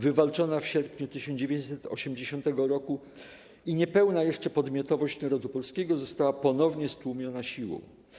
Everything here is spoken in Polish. Wywalczona w sierpniu 1980 roku i niepełna jeszcze podmiotowość narodu polskiego, została ponownie stłumiona siłą.